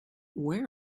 where